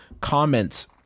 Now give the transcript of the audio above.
comments